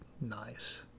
Nice